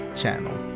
channel